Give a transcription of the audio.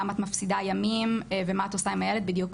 למה את מפסידה ימים ומה את עושה עם הילד בדיוק,